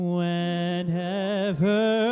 Whenever